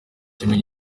cyari